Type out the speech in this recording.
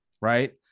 Right